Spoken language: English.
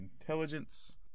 intelligence